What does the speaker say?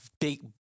Big